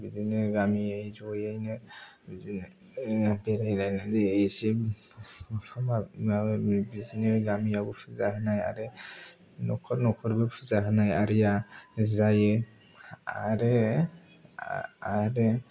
बिदिनो गामि जयैनो बिदिनो ओरैनो बे मिलायनानै एसे माबा बिदिनो गामियाव फुजा होनाय आरो न'खर न'खरबो फुजा होनाय आरिया जायो आरो आरो